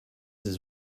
his